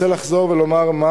אני רוצה לחזור ולומר מה